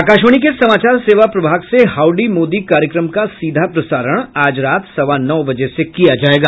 आकाशवाणी के समाचार सेवा प्रभाग से हाउडी मोदी कार्यक्रम का सीधा प्रसारण आज रात सवा नौ बजे से किया जायेगा